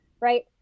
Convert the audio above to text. right